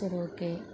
சரி ஓகே